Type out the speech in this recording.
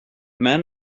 men